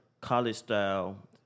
college-style